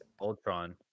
Ultron